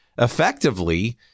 effectively